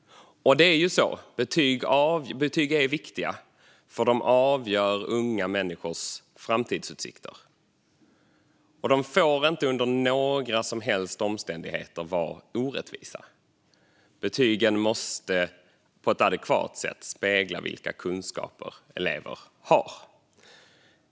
Betyg är viktiga eftersom de avgör unga människors framtidsutsikter. De får inte under några som helst omständigheter vara orättvisa. Betygen måste på ett adekvat sätt spegla vilka kunskaper elever har.